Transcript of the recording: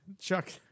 Chuck